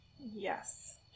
Yes